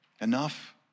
enough